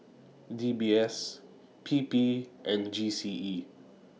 D B S P P and G C E